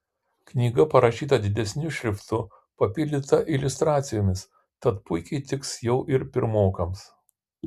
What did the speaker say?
knyga parašyta didesniu šriftu papildyta iliustracijomis tad puikiai tiks jau ir pirmokams